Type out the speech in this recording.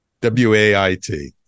w-a-i-t